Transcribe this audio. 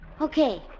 Okay